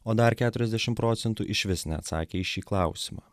o dar keturiasdešim procentų išvis neatsakė į šį klausimą